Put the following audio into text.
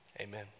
Amen